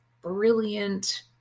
brilliant